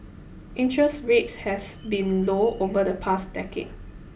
interest rates has been low over the past decade